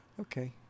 okay